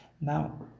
Now